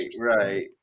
right